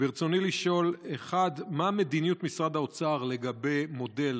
ברצוני לשאול: 1. מה מדיניות משרד האוצר לגבי מודל